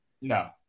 No